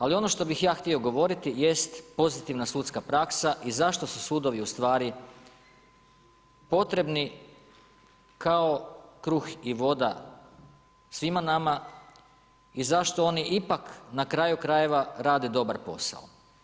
Ali ono što bih ja htio govoriti jest pozitivna sudska praksa i zašto su sudovi ustvari potrebni kao kruh i voda svima nama i zašto oni ipak na kraju-krajeva rade dobar posao.